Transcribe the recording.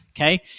okay